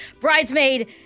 bridesmaid